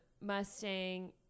Mustang